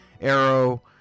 Arrow